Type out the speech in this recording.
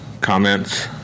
comments